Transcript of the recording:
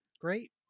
great